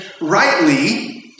rightly